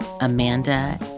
Amanda